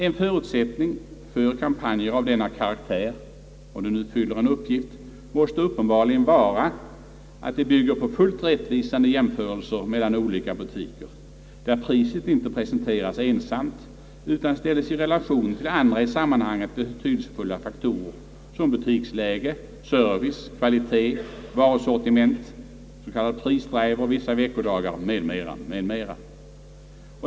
En förutsättning för kampanjer av denna karaktär — om de nu fyller en uppgift — måste nödvändigtvis vara att de bygger på fullt rättvisande jämförelser mellan olika butiker, där priset inte presenteras ensamt utan ställes i relation till andra i sammanhanget betydelsefulla faktorer, såsom butiksläge, service, kvalitet, varusortiment, s.k. prisdrive vissa veckodagar m.m.